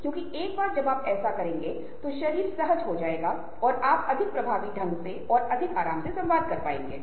हालाँकि हम उस में नहीं जाएंगे लेकिन हम यह करेंगे इस बारे में बात करते हैं कि क्या हम सिर्फ छह डिग्री जुदाई का उल्लेख करते हैं और इस बारे में बहुत सारे प्रयोग किए गए थे